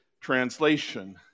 translation